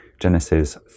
Genesis